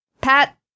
Pat